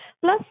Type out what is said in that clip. Plus